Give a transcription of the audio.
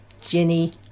Jenny